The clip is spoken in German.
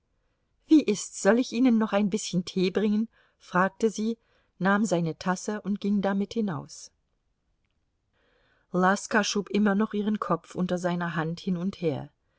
wie ist's soll ich ihnen noch ein bißchen tee bringen fragte sie nahm seine tasse und ging damit hinaus laska schob immer noch ihren kopf unter seiner hand hin und her